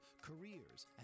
careers